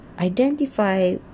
identify